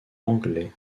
anglais